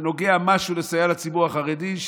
שנוגעת במשהו לסייע לציבור החרדי,